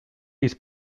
his